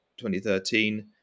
2013